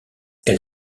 elle